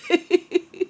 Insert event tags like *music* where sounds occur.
*laughs*